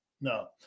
No